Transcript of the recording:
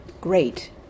great